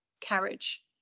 carriage